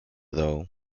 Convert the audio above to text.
though